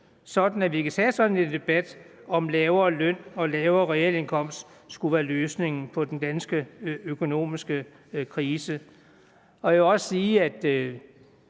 åbent, så vi kan tage en debat om, om lavere løn og lavere realindkomst skulle være løsningen på den danske økonomiske krise. Det kan også være, at